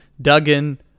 Duggan